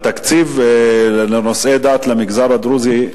התקציב לנושאי דת למגזר הדרוזי,